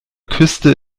küste